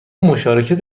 مشارکت